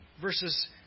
verses